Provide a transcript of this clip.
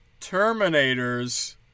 Terminators